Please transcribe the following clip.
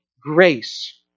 grace